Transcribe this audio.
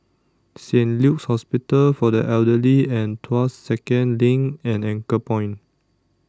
Saint Luke's Hospital For The Elderly and Tuas Second LINK and Anchorpoint